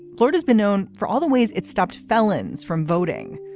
claude has been known for all the ways it stopped felons from voting.